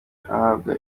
ahabwa